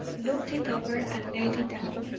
looked it over, and laid it down,